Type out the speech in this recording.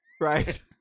Right